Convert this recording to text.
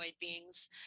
beings